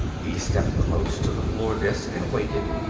he stepped close to the floor disk and waited.